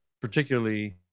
particularly